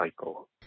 cycle